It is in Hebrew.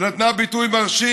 שנתנה ביטוי מרשים,